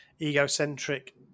egocentric